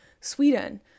Sweden